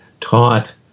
taught